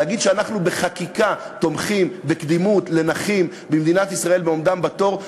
להגיד שאנחנו בחקיקה תומכים בקדימות לנכים במדינת ישראל בעומדם בתור,